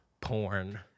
porn